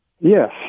Yes